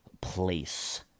place